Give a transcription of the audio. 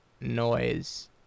noise